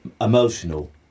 emotional